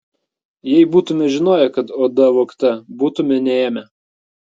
jei būtume žinoję kad oda vogta būtume neėmę